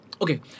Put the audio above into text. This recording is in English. okay